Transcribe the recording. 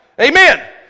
Amen